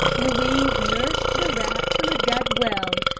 louise nursed the rat till it got well,